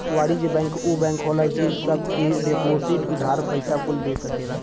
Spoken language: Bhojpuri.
वाणिज्य बैंक ऊ बैंक होला जे सब के डिपोसिट, उधार, पइसा कुल दे सकेला